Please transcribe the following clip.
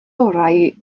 orau